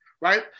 right